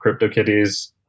CryptoKitties